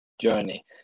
journey